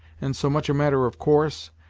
and so much a matter of course,